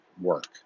work